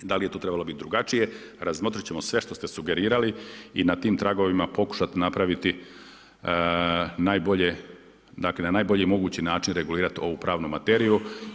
Da li je to trebalo biti drugačije, razmotriti ćemo sve što ste sugerirali i na tim tragovima pokušati napraviti najbolje, dakle na najbolji mogući način regulirati ovu pravnu materiju.